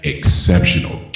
Exceptional